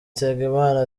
nsengimana